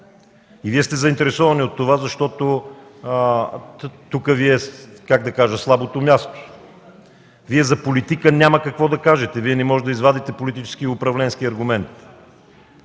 и Вие сте заинтересовани от това, защото тук Ви е слабото място. Вие за политика няма какво да кажете, не можете да извадите политически и управленски аргумент.